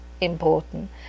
important